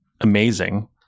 amazing